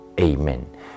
amen